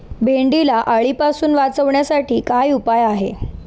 भेंडीला अळीपासून वाचवण्यासाठी काय उपाय आहे?